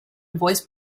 voice